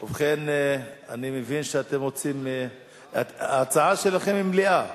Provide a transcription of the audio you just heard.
ובכן, אני מבין שההצעה שלכם היא מליאה.